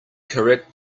correct